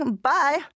bye